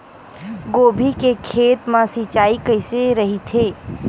गोभी के खेत मा सिंचाई कइसे रहिथे?